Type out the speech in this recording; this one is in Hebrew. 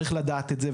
צריך לדעת את זה,